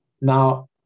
Now